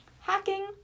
hacking